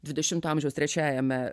dvidešimto amžiaus trečiajame